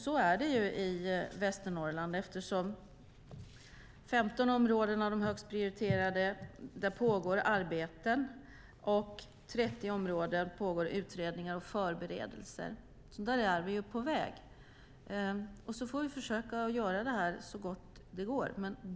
Så är det i Västernorrland, eftersom det pågår arbete i 15 av de högst prioriterade områdena. I 30 områden pågår utredningar och förberedelse. Där är vi alltså på väg, och så får vi försöka göra det här så gott det går.